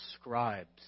scribes